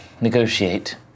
negotiate